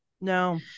no